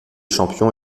champions